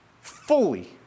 fully